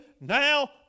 now